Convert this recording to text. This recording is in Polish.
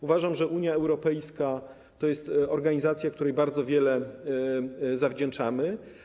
Uważam, że Unia Europejska to jest organizacja, której bardzo wiele zawdzięczamy.